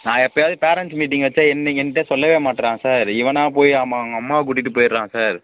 நான் எப்போயாவது parents meeting வச்சா நீங்கள் என்கிட்ட சொல்லவே மாட்றான் சார் இவனாக போய் அவங்க அம்மாவை கூட்டிகிட்டு போயிட்றான் சார்